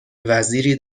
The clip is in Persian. وزیری